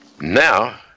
Now